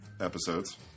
episodes